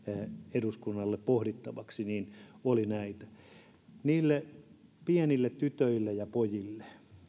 eduskunnalle pohdittavaksi niille pienille tytöille ja pojille